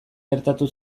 gertatu